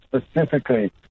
specifically